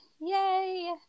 yay